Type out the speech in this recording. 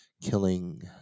killing